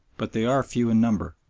but they are few in number,